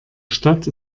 stadt